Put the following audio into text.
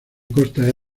costa